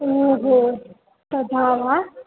ओ हो तथा वा